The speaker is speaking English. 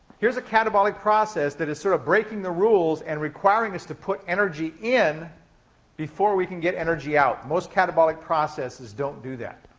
here's a catabolic process that is sort of breaking the rules and requiring us to put energy in before we can get energy out. most catabolic processes don't do that.